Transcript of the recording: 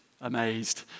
amazed